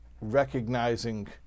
recognizing